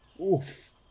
Oof